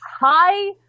Hi